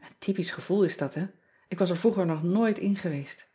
en typisch gevoel is dat hè k was er vroeger nog nooit in geweest